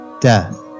death